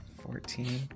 Fourteen